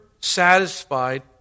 satisfied